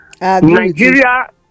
Nigeria